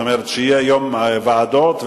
כלומר שיהיה יום ועדות,